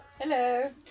Hello